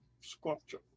sculpture